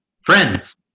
Friends